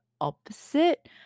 opposite